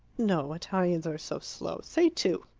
no, italians are so slow say two.